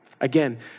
Again